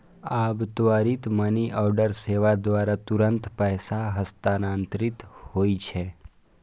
आब त्वरित मनीऑर्डर सेवा द्वारा तुरंत पैसा हस्तांतरित होइ छै